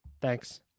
Thanks